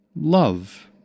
Love